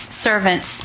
servants